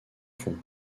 fond